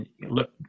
look